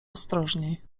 ostrożniej